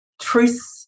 truth